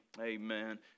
Amen